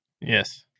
Yes